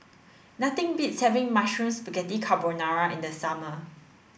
nothing beats having Mushroom Spaghetti Carbonara in the summer